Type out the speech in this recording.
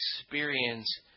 experience